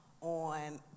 on